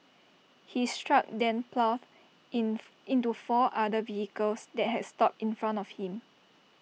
his truck then ploughed in into four other vehicles that had stopped in front of him